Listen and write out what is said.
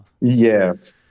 Yes